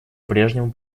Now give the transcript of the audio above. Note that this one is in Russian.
прежнему